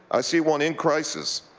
i see one in crisis.